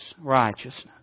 righteousness